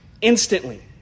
instantly